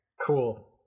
Cool